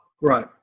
Right